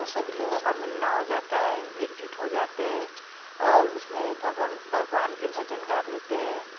तो सभी लोगों का मिलना हो जाता है एकजुट हो जाते है और उसमें भगवन भगवान के भजन गा लेते हैं